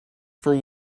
for